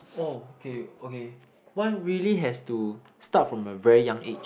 oh okay okay one really has to start from a very young age